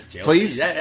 Please